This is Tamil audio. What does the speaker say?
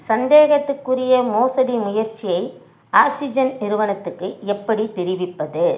சந்தேகத்துக்குரிய மோசடி முயற்சியை ஆக்ஸிஜன் நிறுவனத்துக்கு எப்படி தெரிவிப்பது